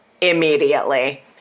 immediately